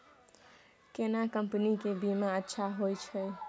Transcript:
केना कंपनी के बीमा अच्छा होय छै?